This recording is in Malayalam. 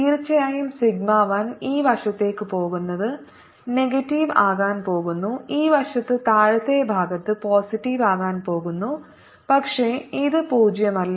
തീർച്ചയായും സിഗ്മ 1 ഈ വശത്തേക്ക് പോകുന്നത് നെഗറ്റീവ് ആകാൻ പോകുന്നു ഈ വശത്ത് താഴത്തെ ഭാഗത്ത് പോസിറ്റീവ് ആകാൻ പോകുന്നു പക്ഷേ ഇത് പൂജ്യമല്ല